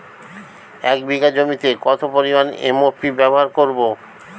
এক বিঘা জমিতে কত পরিমান এম.ও.পি ব্যবহার করব?